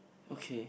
okay